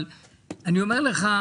אבל אני אומר לך,